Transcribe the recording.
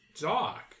Doc